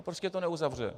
Prostě to neuzavře.